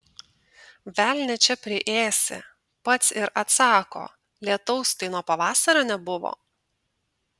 velnią čia priėsi pats ir atsako lietaus tai nuo pavasario nebuvo